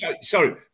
Sorry